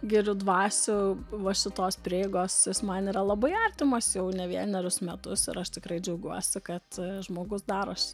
girių dvasių va šitos prieigos man yra labai artimas jau ne vienerius metus ir aš tikrai džiaugiuosi kad žmogus daros